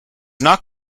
not